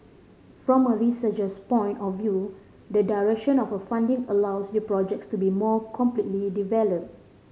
from a researcher's point of view the duration of a funding allows the projects to be more completely develop